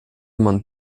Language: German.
man